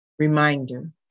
Reminder